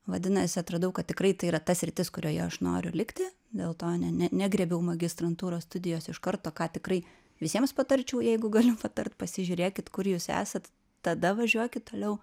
vadinasi atradau kad tikrai tai yra ta sritis kurioje aš noriu likti dėl to ne ne negriebiau magistrantūros studijos iš karto ką tikrai visiems patarčiau jeigu galiu patart pasižiūrėkit kur jūs esat tada važiuokit toliau